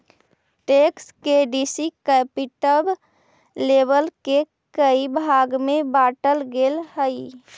tax के descriptive label के कई भाग में बांटल गेल हई